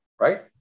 Right